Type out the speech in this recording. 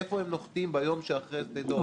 איפה הם נוחתים ביום שאחרי שדה דב,